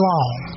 Long